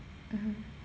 mmhmm